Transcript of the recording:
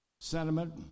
sentiment